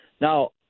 Now